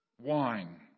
wine